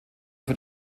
für